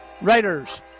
Raiders